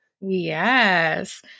Yes